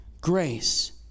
grace